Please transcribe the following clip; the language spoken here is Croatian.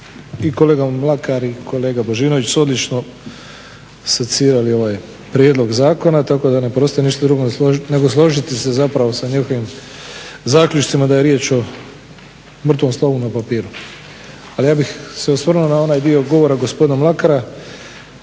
i kolega Mlakar i kolega Božinović su odlično secirali ovaj prijedlog zakona tako da ne preostaje ništa drugo nego složiti se zapravo sa njihovim zaključcima da je riječ o mrtvom slovu na papiru. Ali ja bih se osvrnuo na onaj dio govora gospodina Mlakara